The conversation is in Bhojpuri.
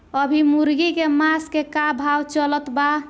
अभी मुर्गा के मांस के का भाव चलत बा?